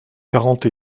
quarante